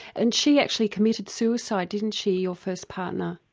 and she actually committed suicide, didn't she, your first partner?